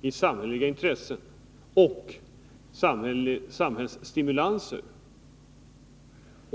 i samhällets intresse och samhällsstimulanser.